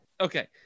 Okay